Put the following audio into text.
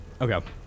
Okay